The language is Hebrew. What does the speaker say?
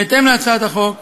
בהתאם להצעת החוק,